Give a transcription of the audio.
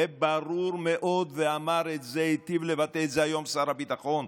וברור מאוד, והיטיב לבטא את זה היום שר הביטחון,